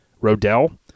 Rodell